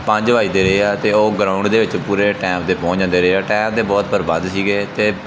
ਪੰਜ ਵਜਦੇ ਰਹੇ ਆ ਅਤੇ ਉਹ ਗਰਾਊਂਡ ਦੇ ਵਿੱਚ ਪੂਰੇ ਟਾਈਮ 'ਤੇ ਪਹੁੰਚ ਜਾਂਦੇ ਰਹੇ ਆ ਟਾਇਮ ਦੇ ਬਹੁਤ ਪਰਵੱਧ ਸੀਗੇ ਅਤੇ